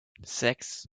sechs